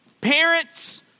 Parents